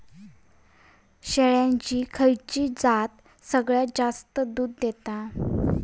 शेळ्यांची खयची जात सगळ्यात जास्त दूध देता?